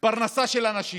פרנסה של אנשים.